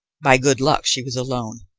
by good luck, she was alone.